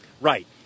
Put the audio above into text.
Right